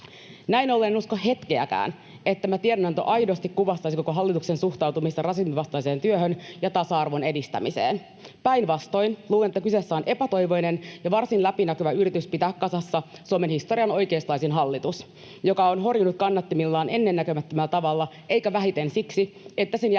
Näin ollen en usko hetkeäkään, että tämä tiedonanto aidosti kuvastaisi koko hallituksen suhtautumista rasismin vastaiseen työhön ja tasa-arvon edistämiseen. Päinvastoin luulen, että kyseessä on epätoivoinen ja varsin läpinäkyvä yritys pitää kasassa Suomen historian oikeistolaisin hallitus, joka on horjunut kannattimillaan ennennäkemättömällä tavalla eikä vähiten siksi, että sen jäsenillä